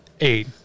eight